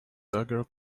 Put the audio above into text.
dagger